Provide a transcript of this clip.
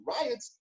riots